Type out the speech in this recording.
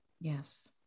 Yes